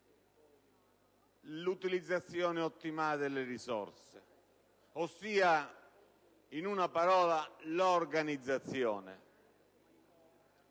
l'utilizzazione ottimale delle risorse. In una parola, l'organizzazione.